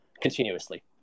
continuously